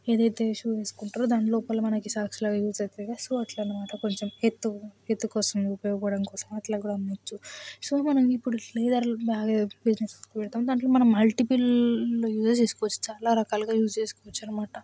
ఏదైతే షూస్ వేసుకుంటారో దానిలోపల మనకి సాక్స్లాగ యూస్ అవుతుంది కదా సో అట్లా అన్నమాట కొంచెం ఎత్తు ఎత్తుకోసం ఉపయోగపడడం కోసం అట్లా కూడా అమ్మచ్చు సో మనం ఇప్పుడు లెదర్ బ్యాగులు బిజినెస్ పెడతాం దాంట్లో మనం మల్టిపుల్ యూజెస్ చేసుకోవచ్చు చాలా రకాలుగా యూస్ చేసుకోవచ్చు అన్నమాట